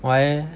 why leh